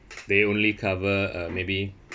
they only cover uh maybe